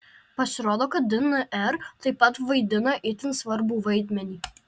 pasirodo kad dnr taip pat vaidina itin svarbų vaidmenį